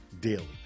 daily